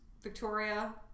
Victoria